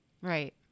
Right